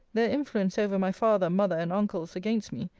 their influence over my father, mother, and uncles, against me,